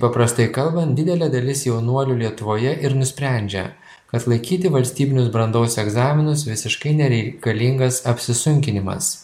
paprastai kalban didelė dalis jaunuolių lietuvoje ir nusprendžia kas laikyti valstybinius brandos egzaminus visiškai nereikalingas apsisunkinimas